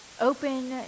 Open